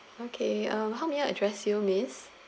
okay um how may I address you miss